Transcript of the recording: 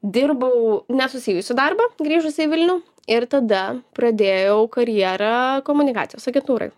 dirbau nesusijusį darbą grįžusi į vilnių ir tada pradėjau karjerą komunikacijos agentūrai